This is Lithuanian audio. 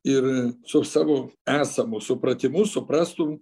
ir su savo esamu supratimu suprastum